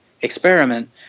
experiment